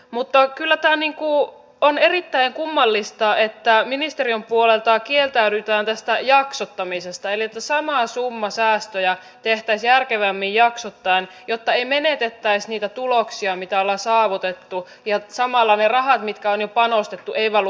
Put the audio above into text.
mutta kyllä tämä on erittäin kummallista että ministeriön puolelta kieltäydytään tästä jaksottamisesta eli että sama summa säästöjä tehtäisiin järkevämmin jaksottaen jotta ei menetettäisi niitä tuloksia mitä ollaan saavutettu ja samalla ne rahat mitkä on jo panostettu eivät valuisi hukkaan